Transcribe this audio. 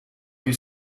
più